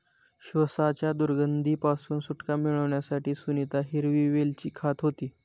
श्वासाच्या दुर्गंधी पासून सुटका मिळवण्यासाठी सुनीता हिरवी वेलची खात होती